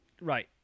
right